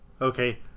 Okay